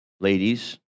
Ladies